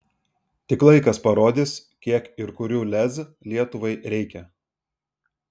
tik laikas parodys kiek ir kurių lez lietuvai reikia